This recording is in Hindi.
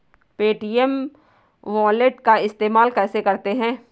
पे.टी.एम वॉलेट का इस्तेमाल कैसे करते हैं?